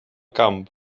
camp